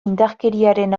indarkeriaren